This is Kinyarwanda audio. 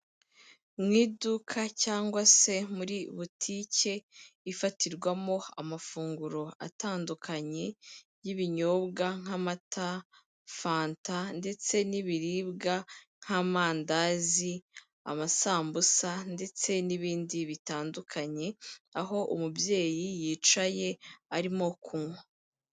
Mu iduka cyangwa se muri butike ifatirwamo amafunguro atandukanye y'ibinyobwa nk'amata, fanta, ndetse n'ibiribwa, nk'amandazi, amasambusa, ndetse n'ibindi bitandukanye, aho umubyeyi yicaye, arimo kunywa.